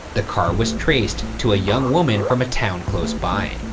the car was traced to a young woman from a town close by.